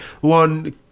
One